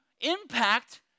impact